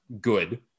good